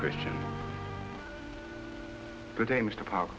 christian pertains to po